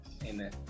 Amen